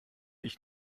ich